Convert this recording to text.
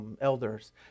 elders